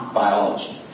biology